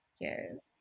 Yes